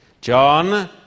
John